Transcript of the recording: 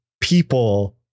people